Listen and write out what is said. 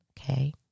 Okay